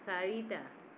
চাৰিটা